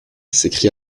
s’écria